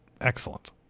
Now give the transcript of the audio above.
excellent